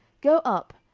go up,